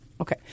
Okay